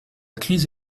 crise